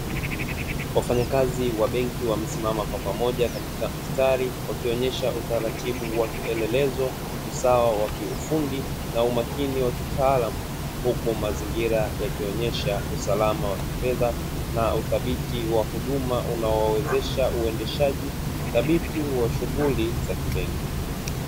Wafanyakazi wa benki wamesimama kwa pamoja katika mstari wakionyesha utaratibu wa kielelezo usawa wa kiufundi na umakini wa kitaalamu, huku mazingira yakionyesha usalama wa kifedha na uthabiti wa huduma unaowawezesha uendeshaji thabiti wa shughuli za kibenki.